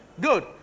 Good